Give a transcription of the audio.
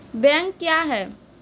Bank क्या हैं?